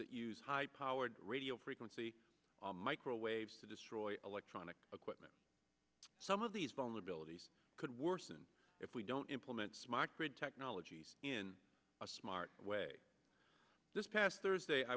that use high powered radio frequency microwaves to destroy electronic equipment some of these vulnerabilities could worsen if we don't implement smart grid technologies in a smart way this past thursday i